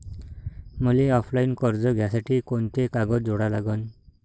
मले ऑफलाईन कर्ज घ्यासाठी कोंते कागद जोडा लागन?